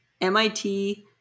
MIT